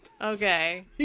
Okay